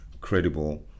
credible